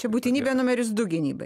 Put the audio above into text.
čia būtinybė numeris du gynybai